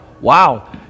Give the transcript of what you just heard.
wow